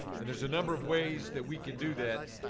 and there's a number of ways that we can do that.